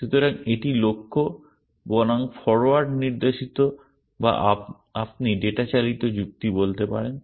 সুতরাং এটি লক্ষ্য বনাম ফরোয়ার্ড নির্দেশিত বা আপনি ডাটা চালিত যুক্তি বলতে পারেন